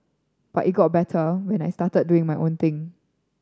but it got better when I started doing my own thing